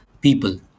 people